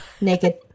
naked